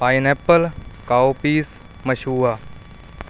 pineapple cowpeas ਮਸ਼ੂਆ